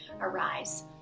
arise